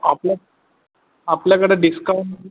आपलं आपल्याकडं डिस्काऊन